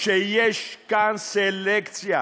שיש כאן סלקציה